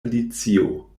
alicio